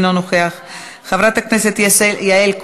חבר הכנסת ישראל אייכלר,